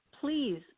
please